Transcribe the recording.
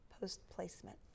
post-placement